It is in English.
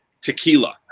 tequila